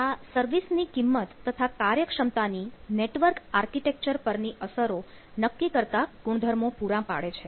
આ સર્વિસ ની કિંમત તથા કાર્યક્ષમતાની નેટવર્ક આર્કિટેક્ચર પરની અસરો નક્કી કરતા ગુણધર્મો પુરા પાડે છે